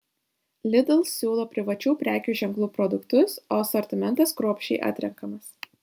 lidl siūlo privačių prekių ženklų produktus o asortimentas kruopščiai atrenkamas